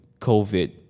COVID